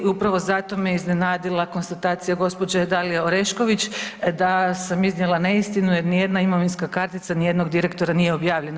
Upravo zato me iznenadila konstatacija gospođe Dalije Orešković da sam iznijela neistinu jer nijedna imovinska kartica nijednog direktora nije objavljena.